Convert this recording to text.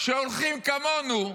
שהולכים כמונו,